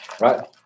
right